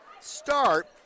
start